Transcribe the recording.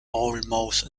almost